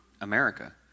America